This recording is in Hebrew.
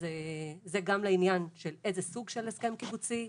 אז זה גם לעניין של איזה סוג הסכם קיבוצי,